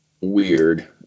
weird